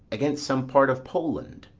against some part of poland.